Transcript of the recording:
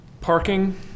parking